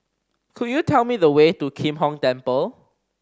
could you tell me the way to Kim Hong Temple